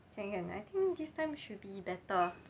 can can I think this time should be better